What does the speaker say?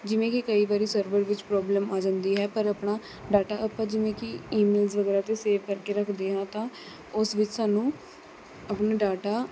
ਜਿਵੇਂ ਕਿ ਕਈ ਵਾਰੀ ਸਰਵਰ ਵਿੱਚ ਪ੍ਰੋਬਲਮ ਆ ਜਾਂਦੀ ਹੈ ਪਰ ਆਪਣਾ ਡਾਟਾ ਆਪਾਂ ਜਿਵੇਂ ਕੀ ਈ ਮੇਲਸ ਵਗੈਰਾ ਤ ਸੇਵ ਕਰਕੇ ਰੱਖਦੇ ਹਾਂ ਤਾਂ ਉਸ ਵਿੱਚ ਸਾਨੂੰ ਆਪਣਾ ਡਾਟਾ